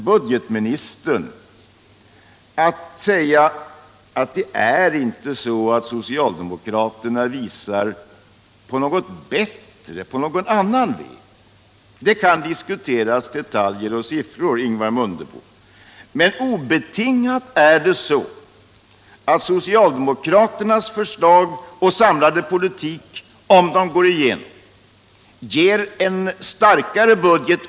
Budgetministern sade att socialdemokraterna inte visar någon bättre väg. Detaljer och siffror kan diskuteras, Ingemar Mundebo,. men om socialdemokraternas förslag och samlade politik genomförs får vi obetingat en starkare budget.